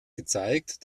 gezeigt